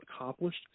accomplished